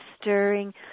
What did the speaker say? stirring